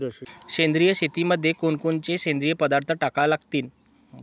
सेंद्रिय शेतीमंदी कोनकोनचे सेंद्रिय पदार्थ टाका लागतीन?